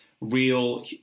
real